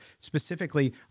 specifically